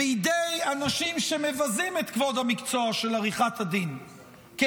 בידי אנשים שמבזים את כבוד המקצוע של עריכת הדין כי